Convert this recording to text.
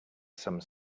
some